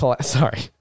Sorry